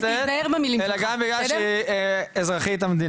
אלא גם בגלל שהיא אזרחית המדינה.